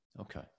okay